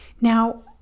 Now